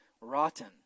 rotten